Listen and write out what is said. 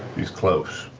he's close.